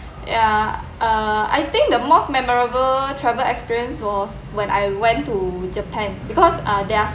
ya uh I think the most memorable travel experience was when I went to japan because uh there are